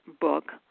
book